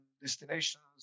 destinations